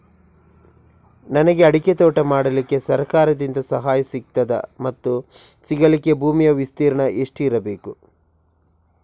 ನನಗೆ ಅಡಿಕೆ ತೋಟ ಮಾಡಲಿಕ್ಕೆ ಸರಕಾರದಿಂದ ಸಹಾಯ ಸಿಗುತ್ತದಾ ಮತ್ತು ಸಿಗಲಿಕ್ಕೆ ಭೂಮಿಯ ವಿಸ್ತೀರ್ಣ ಎಷ್ಟು ಇರಬೇಕು?